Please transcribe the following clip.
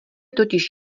totiž